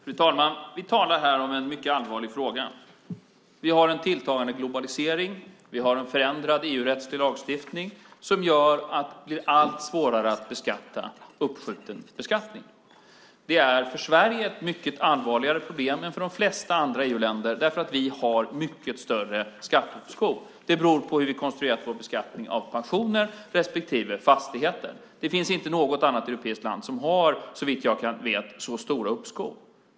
Fru talman! Vi talar här om en mycket allvarlig fråga. Vi har en tilltagande globalisering. Vi har en förändrad EU-rättslig lagstiftning som gör att det blir allt svårare med uppskjuten beskattning. Det är för Sverige ett mycket allvarligare problem än för de flesta andra EU-länder därför att vi har mycket större skatteuppskov. Det beror på hur vi har konstruerat vår beskattning av pensioner respektive fastigheter. Det finns inte något annat europeiskt land som såvitt jag vet har så stora uppskov.